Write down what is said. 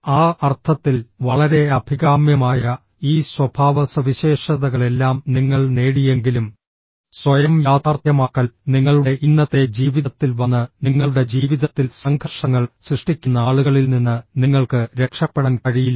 ആ അർത്ഥത്തിൽ വളരെ അഭികാമ്യമായ ഈ സ്വഭാവസവിശേഷതകളെല്ലാം നിങ്ങൾ നേടിയെങ്കിലും സ്വയം യാഥാർത്ഥ്യമാക്കൽ നിങ്ങളുടെ ഇന്നത്തെ ജീവിതത്തിൽ വന്ന് നിങ്ങളുടെ ജീവിതത്തിൽ സംഘർഷങ്ങൾ സൃഷ്ടിക്കുന്ന ആളുകളിൽ നിന്ന് നിങ്ങൾക്ക് രക്ഷപ്പെടാൻ കഴിയില്ല